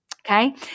Okay